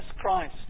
Christ